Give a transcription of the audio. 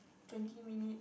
twenty minute